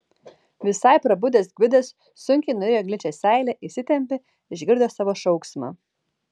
visai prabudęs gvidas sunkiai nurijo gličią seilę įsitempė išgirdo savo šauksmą